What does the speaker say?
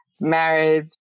marriage